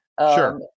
sure